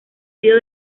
sido